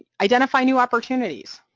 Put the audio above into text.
identify new opportunities,